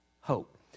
hope